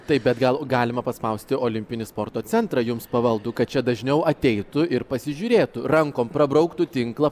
taip bet gal galima paspausti olimpinį sporto centrą jums pavaldų kad čia dažniau ateitų ir pasižiūrėtų rankom prabrauktų tinklą